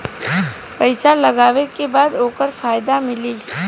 पइसा लगावे के बाद ओकर फायदा मिली